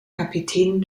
kapitän